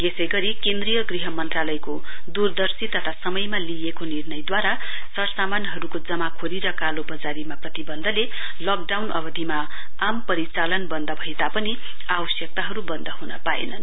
यसै गरी केन्द्रीय गृह मन्त्रालयको दूरदर्शी तथा समयमा लिइएको निर्णयद्वारा सरसामानहरुको जमाखोरी र कालोवजारीमा प्रतिवन्धले लकडाउन अवधिमा आम परिचालन वन्द भए तापनि हाम्रा आवश्यकताहरु वन्द हुन पाएनन्